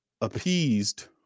appeased